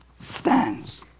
stands